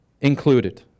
included